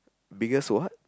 biggest what